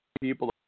people